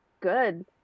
good